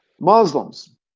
Muslims